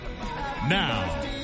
Now